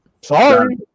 Sorry